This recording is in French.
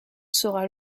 sera